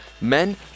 men